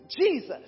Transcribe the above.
Jesus